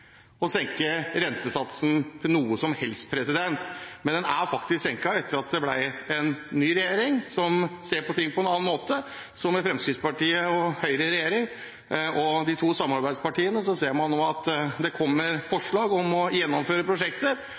å senke rentesatsen noe som helst. Men den er faktisk senket etter at det ble en ny regjering, som ser på ting på en annen måte. Så med Fremskrittspartiet og Høyre i regjering og de to samarbeidspartiene ser man nå at det kommer forslag om å gjennomføre prosjektet,